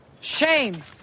Shame